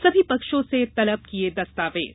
सभी पक्षों से तलब किये दस्तावेज